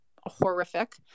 horrific